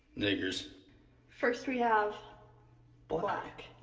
s first. we have black.